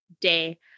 day